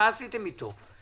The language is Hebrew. מה עשיתם איתו?